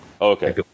Okay